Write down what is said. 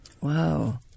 Wow